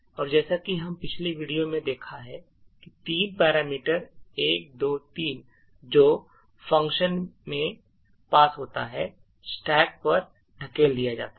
और जैसा कि हमने पिछले वीडियो में देखा है कि तीन पैरामीटर 1 2 और 3 जो फंक्शन में पास होता है स्टैक पर धकेल दिया जाता है